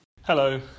Hello